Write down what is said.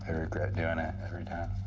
and regret doing it every time.